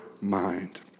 mind